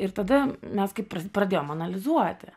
ir tada mes kaip pradėjome analizuoti